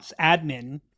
admin-